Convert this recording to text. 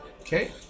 Okay